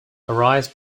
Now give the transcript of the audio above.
arise